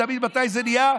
תמיד מתי זה נהיה?